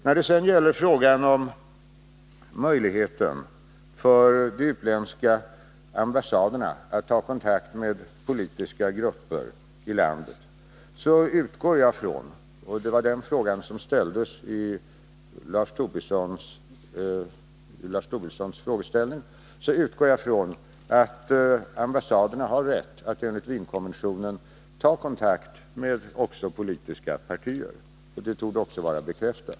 När det sedan gäller frågan om möjligheten för de utländska ambassaderna att ta kontakt med politiska grupper i landet — det var den frågan som Lars Tobisson ställde — utgår jag från att ambassaderna enligt Wienkonventionen har rätt att ta kontakt även med politiska partier. Det torde också vara bekräftat.